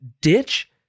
ditch